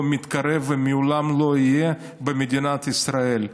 לא מתקרב ולעולם לא יהיה במדינת ישראל.